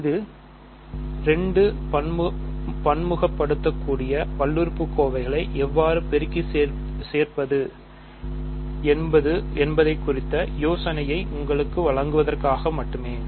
இது 2 பன்முகப்படுத்தக் கூடிய பல்லுறுப்புக்கோவைகளை எவ்வாறு பெருக்கி சேர்ப்பது என்பது குறித்த ஒரு யோசனையை உங்களுக்கு வழங்குவதற்காக மட்டுமே